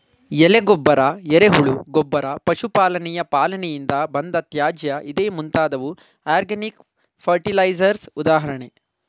ಎಲೆ ಗೊಬ್ಬರ, ಎರೆಹುಳು ಗೊಬ್ಬರ, ಪಶು ಪಾಲನೆಯ ಪಾಲನೆಯಿಂದ ಬಂದ ತ್ಯಾಜ್ಯ ಇದೇ ಮುಂತಾದವು ಆರ್ಗ್ಯಾನಿಕ್ ಫರ್ಟಿಲೈಸರ್ಸ್ ಉದಾಹರಣೆ